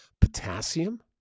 potassium